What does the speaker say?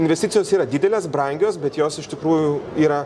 investicijos yra didelės brangios bet jos iš tikrųjų yra